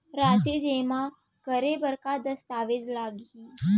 राशि जेमा करे बर का दस्तावेज लागही?